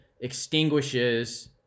extinguishes